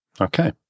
okay